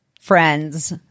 friends